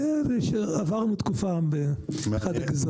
עברנו תקופה באחת הגזרות.